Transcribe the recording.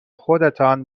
خودتان